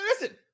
Listen